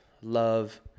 love